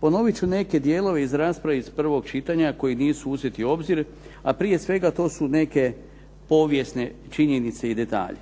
Ponovit ću neke dijelove iz rasprave iz prvog čitanja koji nisu uzeti u obzir, a prije svega to su neke povijesne činjenice i detalje.